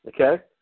okay